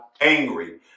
angry